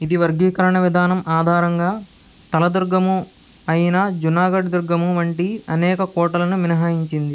ఇది వర్గీకరణ విధానం ఆధారంగా స్థలదుర్గము అయిన జునాగఢ్ దుర్గము వంటి అనేక కోటలను మినహాయించింది